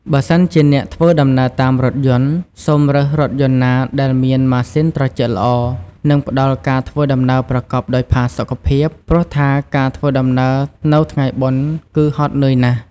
បើសិនជាអ្នកធ្វើដំណើរតាមរថយន្ត សូមរើសរថយន្តណាដែលមានម៉ាស៊ីនត្រជាក់ល្អនិងផ្ដល់ការធ្វើដំណើរប្រកបដោយផាសុកភាព ព្រោះថាការធ្វើដំណើរនៅថ្ងៃបុណ្យគឺហត់នឿយណាស់។